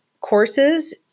courses